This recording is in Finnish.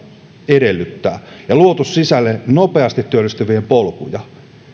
edellyttää ja luoneet sisälle nopeasti työllistyvien polkuja